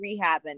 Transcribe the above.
rehabbing